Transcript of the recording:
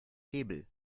hebel